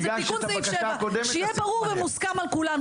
זה תיקון סעיף 7. שיהיה ברור ומוסכם על כולנו.